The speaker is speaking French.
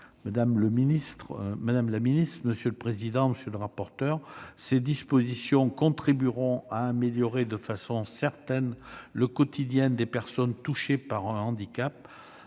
Madame la secrétaire d'État, monsieur le rapporteur, ces dispositions contribueront à améliorer de façon certaine le quotidien des personnes touchées par un handicap.